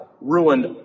ruined